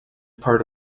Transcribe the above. part